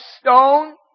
stone